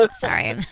sorry